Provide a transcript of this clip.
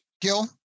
Gil